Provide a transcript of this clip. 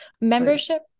membership